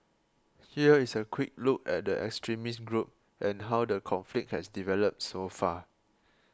here is a quick look at the extremist group and how the conflict has developed so far